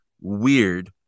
weird